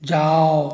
ଯାଅ